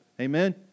Amen